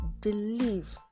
Believe